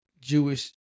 Jewish